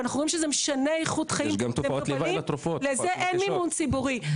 ואנחנו רואים שזה משנה איכות חיים למטופלים לזה אין מימון ציבורי.